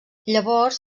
llavors